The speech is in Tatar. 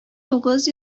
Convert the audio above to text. тугыз